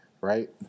right